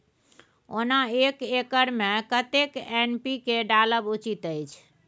ओना एक एकर मे कतेक एन.पी.के डालब उचित अछि?